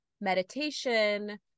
meditation